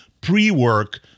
pre-work